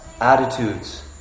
attitudes